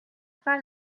pas